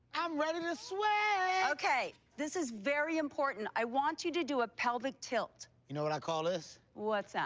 i'm ready to sweat! okay, this is very important. i want you to do a pelvic tilt. you know what i call this? what's that?